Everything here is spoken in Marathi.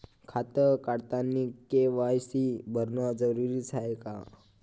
खातं काढतानी के.वाय.सी भरनं जरुरीच हाय का?